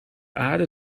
aarde